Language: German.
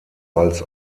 als